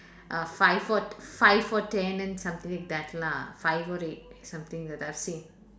uh five fo~ five for ten and something like that lah five for eight something that I've seen